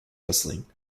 wrestling